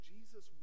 Jesus